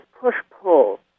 push-pull